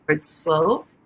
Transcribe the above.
slope